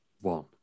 one